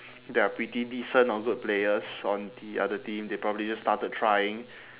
there are pretty decent or good players on the other team they probably just started trying